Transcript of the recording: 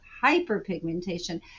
hyperpigmentation